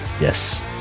Yes